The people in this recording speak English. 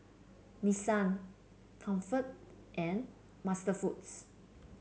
Nissan Comfort and MasterFoods